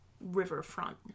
riverfront